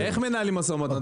איך מנהלים משא ומתן?